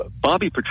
Bobby